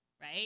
right